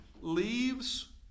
leaves